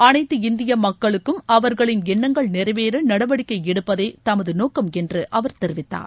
அனைத்து இந்திய மக்களுக்கும் அவர்களின் எண்ணங்கள் நிறைவேற நடவடிக்கை எடுப்பதே தமது நோக்கம் என்று அவர் கூறினார்